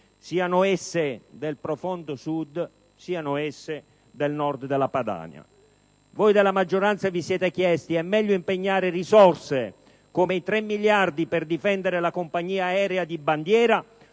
siano esse del profondo Sud, siano esse del Nord, della Padania. Voi della maggioranza vi siete chiesti: è meglio impegnare risorse come i 3 miliardi per difendere la compagnia aerea di bandiera